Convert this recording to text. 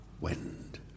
wind